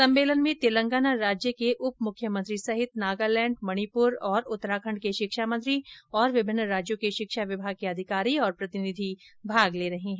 सम्मेलन में तेलंगाना राज्य के उप मुख्यमंत्री सहित नागालैंड मणिप्र और उत्तराखंड के शिक्षा मंत्री और विभिन्न राज्यो के शिक्षा विमाग के अधिकारी और प्रतिनिधि भाग ले रहे है